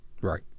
right